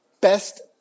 best